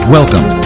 Welcome